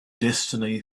destiny